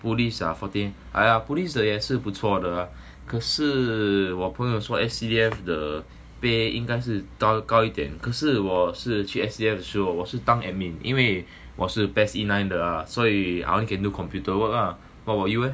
police ah fourteen !aiya! police 的也是不错的 ah 可是我朋友说 S_C_D_F 的 pay 应该是高高一点可是我是去 S_C_D_F 的时候 hor 我是当 admin 因为我是 best in nine 的所以 I only can do computer work ah but you eh